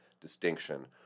distinction